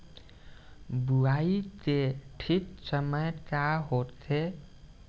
बुआई के ठीक समय का होखे?